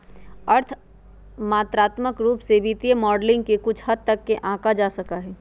अर्थ मात्रात्मक रूप से वित्तीय मॉडलिंग के कुछ हद तक आंका जा सका हई